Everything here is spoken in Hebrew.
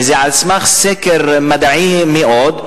וזה על סמך סקר מדעי מאוד,